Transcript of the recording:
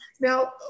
Now